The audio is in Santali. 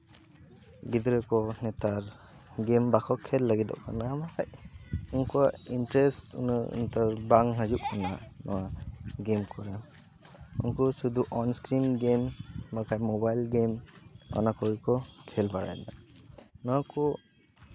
ᱜᱤᱫᱽᱨᱟᱹ ᱠᱚ ᱱᱮᱛᱟᱨ ᱜᱮᱢ ᱵᱟᱠᱚ ᱠᱷᱮᱞ ᱞᱟᱹᱜᱤᱫᱚᱜ ᱠᱟᱱᱟ ᱵᱟᱠᱷᱟᱡ ᱩᱱᱠᱩᱣᱟᱜ ᱤᱱᱴᱟᱨᱮᱥ ᱩᱱᱟᱹᱜ ᱵᱟᱝ ᱦᱤᱡᱩᱜ ᱠᱟᱱᱟ ᱱᱚᱶᱟ ᱜᱮᱢ ᱠᱚᱫᱚ ᱩᱱᱠᱩ ᱥᱩᱫᱷᱩ ᱚᱱᱤᱥᱠᱨᱤᱱ ᱜᱮᱢ ᱵᱟᱠᱷᱟᱡ ᱢᱳᱵᱟᱭᱤᱞ ᱜᱮᱢ ᱚᱱᱟ ᱠᱚᱜᱮ ᱠᱚ ᱠᱷᱮᱞ ᱵᱟᱲᱟᱭᱮᱫᱟ ᱵᱟᱝᱠᱷᱟᱱᱠᱩ